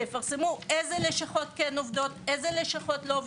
שיפרסמו אילו לשכות כן עובדות, אילו לשכות לא,